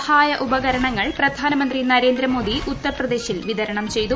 സഹായോപകരണങ്ങൾ പ്രധാനമന്ത്രി നരേന്ദ്രമോദി ഉത്തർപ്രദേശിൽ വിതരണം ചെയ്തു